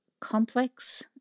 complex